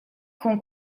con